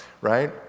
right